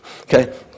Okay